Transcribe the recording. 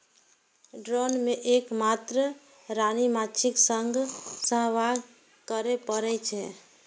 drone कें एक मात्र रानी माछीक संग सहवास करै पड़ै छै